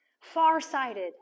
Farsighted